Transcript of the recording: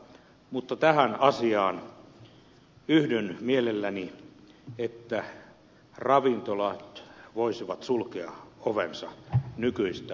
mutta tähän asiaan yhdyn mielelläni että ravintolat voisivat sulkea ovensa nykyistä aikaisemmin